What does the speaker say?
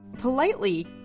politely